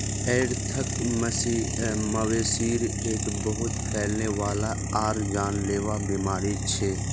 anthrax, मवेशिर एक बहुत फैलने वाला आर जानलेवा बीमारी छ